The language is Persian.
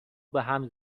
بهم